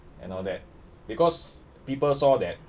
and all that because people saw that